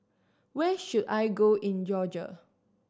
where should I go in Georgia